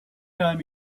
time